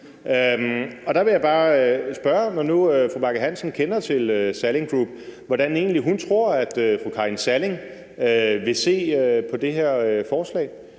Der vil jeg bare spørge, når nu fru Charlotte Bagge Hansen kender til Salling Group, hvordan hun egentlig tror fru Karin Salling vil se på det her forslag.